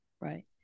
Right